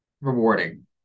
rewarding